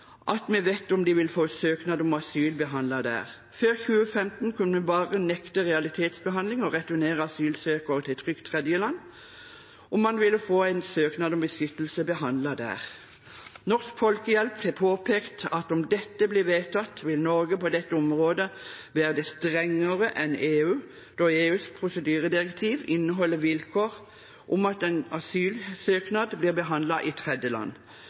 at man vet om de vil få en søknad om asyl behandlet der. Før 2015 kunne man bare nekte realitetsbehandling og returnere asylsøkere til et trygt tredjeland om man ville få en søknad om beskyttelse behandlet der. Norsk Folkehjelp har påpekt at om dette blir vedtatt, blir Norge på dette området strengere enn EU, da EUs prosedyredirektiv inneholder vilkår om at en asylsøknad blir behandlet i et tredjeland.